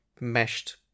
meshed